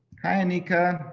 hi anika,